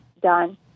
done